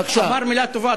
הוא רק אמר מלה טובה,